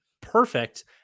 perfect